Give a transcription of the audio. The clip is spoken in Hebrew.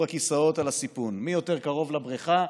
הכיסאות על הסיפון: מי יותר קרוב לבריכה,